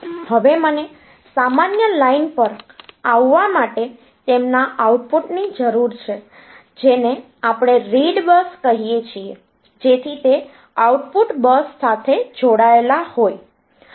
હવે મને સામાન્ય લાઇન પર આવવા માટે તેમના આઉટપુટની જરૂર છે જેને આપણે રીડ બસ કહીએ છીએ જેથી તે આઉટપુટ બસ સાથે જોડાયેલા હોય